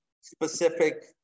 specific